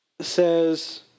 says